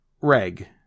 Reg